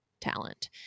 talent